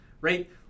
right